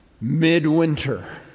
midwinter